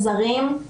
הזרים,